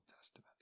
Testament